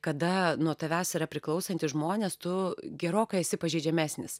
kada nuo tavęs yra priklausantys žmonės tu gerokai esi pažeidžiamesnis